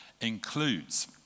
includes